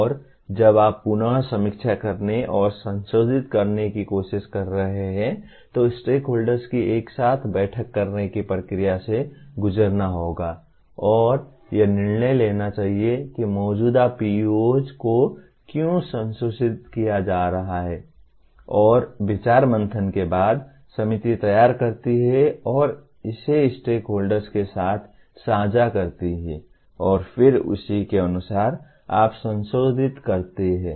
और जब आप पुन समीक्षा करने और संशोधित करने की कोशिश कर रहे हैं तो स्टेकहोल्डर्स की एक साथ बैठक करने की प्रक्रिया से गुजरना होगा और यह निर्णय लेना चाहिए कि मौजूदा PEOs को क्यों संशोधित किया जाना चाहिए और विचार मंथन के बाद समिति तैयार करती है और इसे स्टेकहोल्डर्स के साथ साझा करती है और फिर उसी के अनुसार आप संशोधित करती है